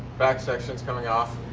back section's coming off.